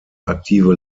aktive